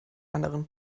anderen